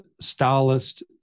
stylist